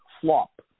flop